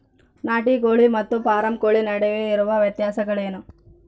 ನಾಟಿ ಕೋಳಿ ಮತ್ತು ಫಾರಂ ಕೋಳಿ ನಡುವೆ ಇರುವ ವ್ಯತ್ಯಾಸಗಳೇನು?